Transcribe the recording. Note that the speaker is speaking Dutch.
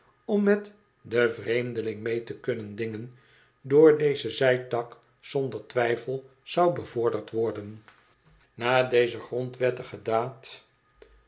om met den vreemdeling mee te kunnen dingen door dezen zijtak zonder twijfel zou bevorderd worden na deze grondwettige daad